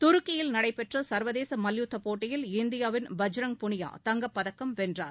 துருக்கியில் நடைபெற்றசர்வதேசமல்யுத்தப் போட்டியில் இந்தியாவின் பஜ்ரங் புனியா தங்கப்பதக்கம் வென்றார்